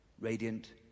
radiant